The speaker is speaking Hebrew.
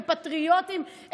הם פטריוטים,